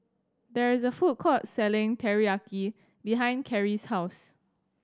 there is a food court selling Teriyaki behind Kerrie's house